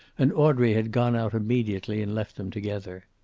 and audrey had gone out immediately and left them together.